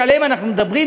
שעליהם אנחנו מדברים,